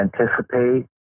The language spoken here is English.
anticipate